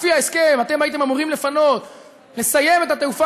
לפי ההסכם הייתם אמורים לסיים את התעופה